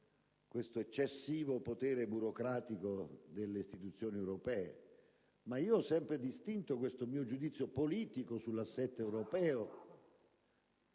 questo eccessivo potere burocratico delle istituzioni europee. Ma io ho sempre distinto questo mio giudizio politico sull'assetto europeo